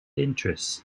interest